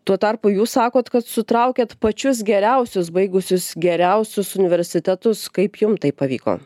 tuo tarpu jūs sakot kad sutraukiat pačius geriausius baigusius geriausius universitetus kaip jums tai pavyko